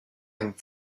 and